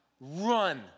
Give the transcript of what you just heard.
Run